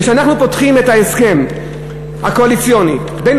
וכשאנחנו פותחים את ההסכם הקואליציוני בין